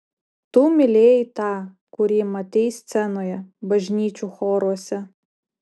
tu mylėjai tą kurį matei scenoje bažnyčių choruose